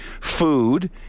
food